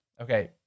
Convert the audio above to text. Okay